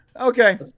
Okay